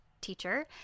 teacher